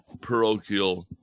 parochial